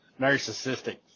narcissistic